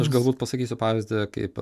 aš galbūt pasakysiu pavyzdį kaip